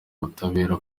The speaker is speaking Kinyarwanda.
ubutabera